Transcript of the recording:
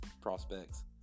prospects